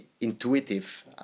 intuitive